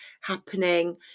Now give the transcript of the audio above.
happening